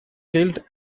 killed